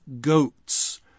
goats